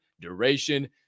Duration